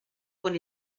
con